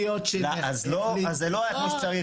אז זה לא היה כמו שצריך.